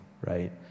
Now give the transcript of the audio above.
right